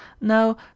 Now